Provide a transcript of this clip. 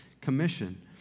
Commission